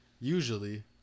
usually